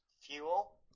fuel